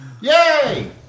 Yay